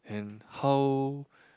and how